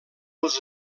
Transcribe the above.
els